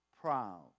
proud